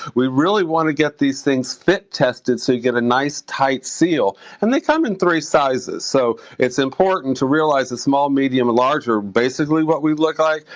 we really wanna get these things fit tested so you get a nice, tight seal. and they come in three sizes, so it's important to realize that small, medium, and larger, basically what we look like,